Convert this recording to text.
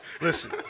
Listen